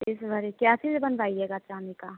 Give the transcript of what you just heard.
तीस भरी क्या चीज़ बनवाइएगा चाँदी का